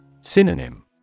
Synonym